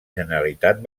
generalitat